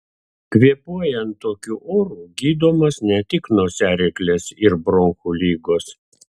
kvėpuojant tokiu oru gydomos ne tik nosiaryklės ir bronchų ligos